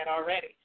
already